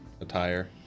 attire